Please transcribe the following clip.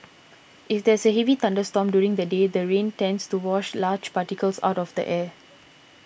if there's a heavy thunderstorm during the day the rains tends to wash large particles out of the air